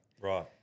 Right